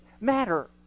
matter